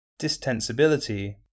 distensibility